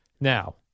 Now